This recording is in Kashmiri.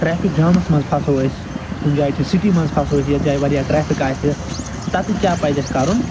ٹرٛیفِک جامس منٛز پھسو أسۍ کُنہِ جاے چھِ سِٹی منٛز پھسو أسۍ یَتھ جایہِ واریاہ ٹرٛیفِک آسہِ تَتٮ۪تھ کیٛاہ پَزِ اَسہِ کرُن